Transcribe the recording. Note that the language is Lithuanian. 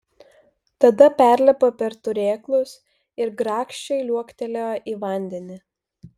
tada perlipo per turėklus ir grakščiai liuoktelėjo į vandenį